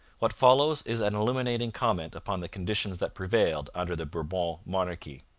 what follows is an illuminating comment upon the conditions that prevailed under the bourbon monarchy.